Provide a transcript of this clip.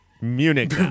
Munich